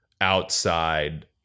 outside